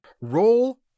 Roll